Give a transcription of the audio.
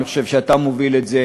אני חושב שאתה מוביל את זה,